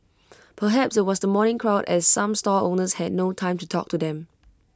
perhaps IT was the morning crowd as some stall owners had no time to talk to them